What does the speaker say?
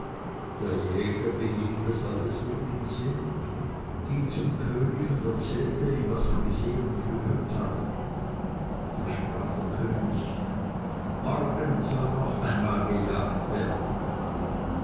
der jäger behielt das alles wohl im sinn ging zum könig und erzählte ihm was er gesehen und gehört hatte da sprach der könig morgen soll noch einmal gejagt werden